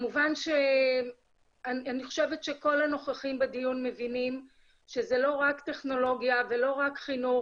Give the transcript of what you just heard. אני חושבת שכל הנוכחים בדיון מבינים שזה לא רק טכנולוגיה ולא רק חינוך